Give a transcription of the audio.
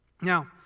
Now